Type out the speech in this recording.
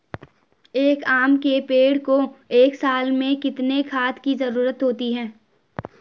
एक आम के पेड़ को एक साल में कितने खाद की जरूरत होती है?